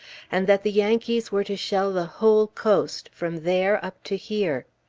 and that the yankees were to shell the whole coast, from there up to here.